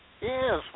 Yes